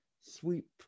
sweep